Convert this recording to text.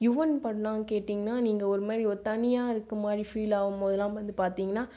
யுவன் பாட்டுலா கேட்டீங்கன்னா ஒரு மாதிரி ஒரு தனியாக இருக்கமாதிரி போது ஃபீல் ஆகும் போதுல்லாம் வந்து பார்த்தீங்கன்னா